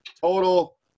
Total